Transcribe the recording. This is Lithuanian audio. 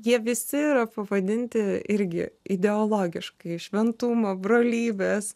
jie visi yra pavadinti irgi ideologiškai šventumo brolybės